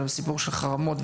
אבל לסיפור של חרמות,